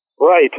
Right